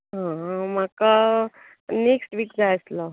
हां हां म्हाका नेक्स्ट वीक जाय आसलो